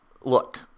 look